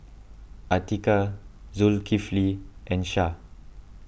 Atiqah Zulkifli and Syah